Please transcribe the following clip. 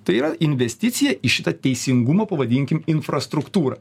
tai yra investicija į šitą teisingumo pavadinkim infrastruktūrą